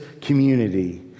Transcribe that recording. community